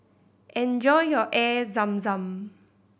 enjoy your Air Zam Zam